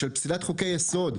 של פסילת חוקי יסוד,